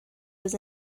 was